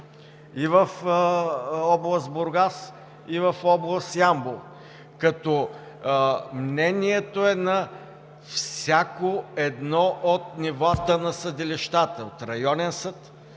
и в област Бургас, и в област Ямбол, като мнението е на всяко едно от нивата на съдилищата – от Районен съд,